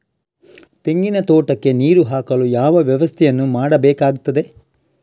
ತೆಂಗಿನ ತೋಟಕ್ಕೆ ನೀರು ಹಾಕಲು ಯಾವ ವ್ಯವಸ್ಥೆಯನ್ನು ಮಾಡಬೇಕಾಗ್ತದೆ?